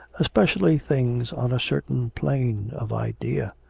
especially things on a certain plane of idea?